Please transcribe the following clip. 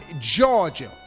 Georgia